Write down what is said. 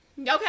Okay